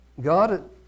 God